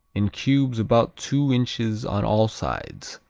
in cubes about two inches on all sides,